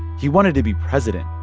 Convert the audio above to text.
he wanted to be president.